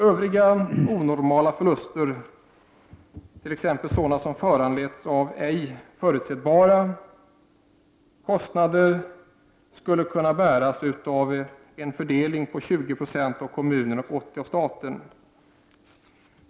Övriga onormala förluster, t.ex. sådana som föranletts av ”ej förutsebara” kostnader skulle kunna bäras till 20 70 av kommunen och till 80 96 av staten.